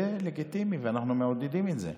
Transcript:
זה לגיטימי, ואנחנו מעודדים את זה.